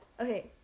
Okay